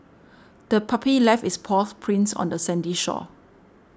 the puppy left its paw prints on the sandy shore